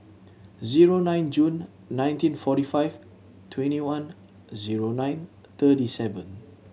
zero nine June nineteen forty five twenty one zero nine thirty seven